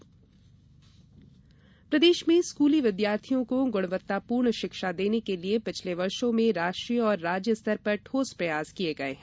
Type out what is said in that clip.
शाला सिद्वि प्रदेश में स्कूली विद्यार्थियों को गुणवत्तापूर्ण शिक्षा देने के लिए पिछले वर्षों में राष्ट्रीय और राज्यस्तर पर ठोस प्रयास किये गये हैं